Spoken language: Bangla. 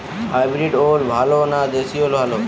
হাইব্রিড ওল ভালো না দেশী ওল ভাল?